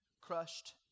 crushed